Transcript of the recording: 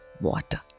water